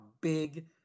big